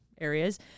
areas